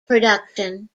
production